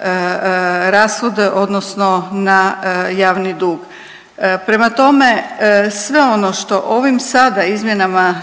na rashode odnosno na javni dug. Prema tome, sve ono što ovim sada izmjenama